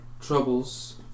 troubles